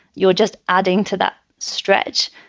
you're just adding to that stretch.